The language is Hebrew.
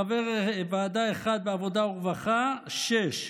חבר ועדה אחד בעבודה ורווחה, שישה,